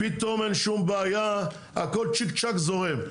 פתאום אין שום בעיה, הכל צ'יק צ'ק זורם.